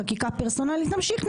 חקיקה פרסונלית נמשיך,